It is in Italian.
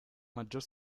maggior